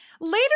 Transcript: later